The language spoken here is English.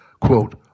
quote